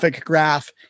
graph